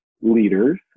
leaders